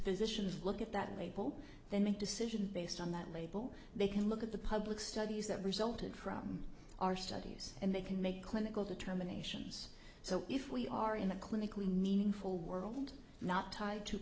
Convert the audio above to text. physicians look at that label then make a decision based on that label they can look at the public studies that resulted from our studies and they can make clinical determinations so if we are in a clinically meaningful world not tied to